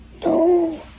No